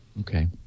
Okay